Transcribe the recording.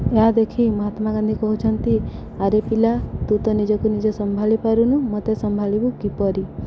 ଏହା ଦେଖି ମହାତ୍ମା ଗାନ୍ଧୀ କହୁଛନ୍ତି ଆରେ ପିଲା ତୁ ତ ନିଜକୁ ନିଜେ ସମ୍ଭାଳିି ପାରୁନୁ ମୋତେ ସମ୍ଭାଳିବୁ କିପରି